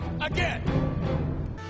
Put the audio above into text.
Again